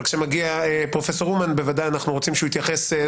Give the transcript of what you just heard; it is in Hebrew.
אבל כשמגיע פרופ' אומן בוודאי אנחנו רוצים שהוא יתייחס,